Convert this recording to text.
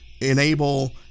enable